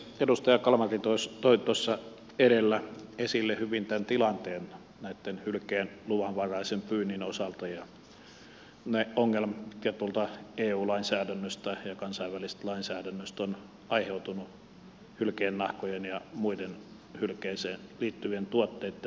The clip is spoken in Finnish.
edustaja kalmari toi tuossa edellä esille hyvin tämän tilanteen hylkeen luvanvaraisen pyynnin osalta ja ne ongelmat mitkä tuolta eu lainsäädännöstä ja kansainvälisestä lainsäädännöstä ovat aiheutuneet hylkeennahkojen ja muiden hylkeeseen liittyvien tuotteitten myynnille